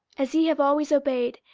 as ye have always obeyed,